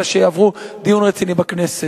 אלא שיהיה עליהם דיון רציני בכנסת.